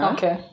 Okay